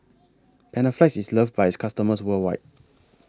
Panaflex IS loved By its customers worldwide